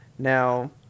Now